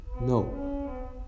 No